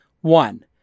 one